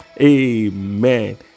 Amen